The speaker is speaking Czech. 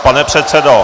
Pane předsedo...